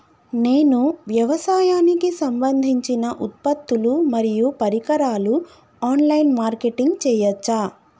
నేను వ్యవసాయానికి సంబంధించిన ఉత్పత్తులు మరియు పరికరాలు ఆన్ లైన్ మార్కెటింగ్ చేయచ్చా?